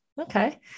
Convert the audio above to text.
Okay